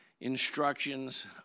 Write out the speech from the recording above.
instructions